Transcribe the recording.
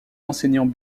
enseignants